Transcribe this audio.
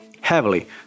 heavily